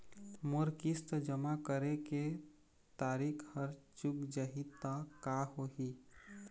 मोर किस्त जमा करे के तारीक हर चूक जाही ता का होही?